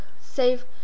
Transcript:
save